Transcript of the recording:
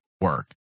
work